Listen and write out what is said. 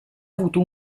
avuto